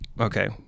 Okay